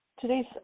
today's